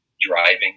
driving